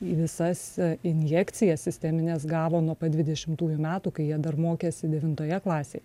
į visas injekcijas sistemines gavo nuo pat dvidešimtųjų metų kai jie dar mokėsi devintoje klasėje